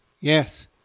Yes